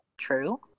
true